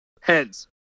Heads